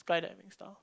skyiving style